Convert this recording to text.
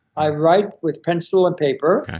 i write with pencil and paper.